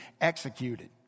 executed